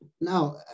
Now